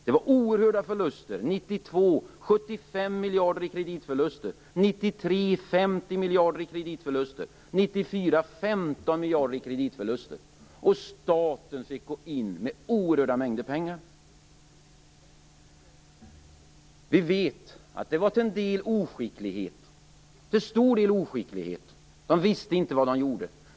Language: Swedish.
Det gjordes oerhörda förluster: år 1992 var det 75 miljarder, år 1993 var det 50 miljarder och 1994 var det 15 miljarder i kreditförluster. Staten fick gå in med oerhörda mängder pengar. Vi vet att det till stor del var fråga om oskicklighet. Man visste inte vad man gjorde.